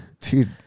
Dude